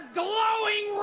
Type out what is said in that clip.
glowing